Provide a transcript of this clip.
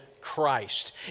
Christ